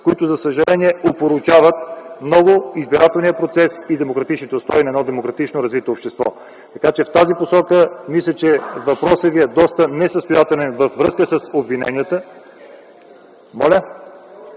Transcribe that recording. които, за съжаление, опорочават много избирателния процес и демократичните устои на едно демократично развито общество. Така че в тази посока мисля, че въпросът Ви е доста несъстоятелен във връзка с обвиненията.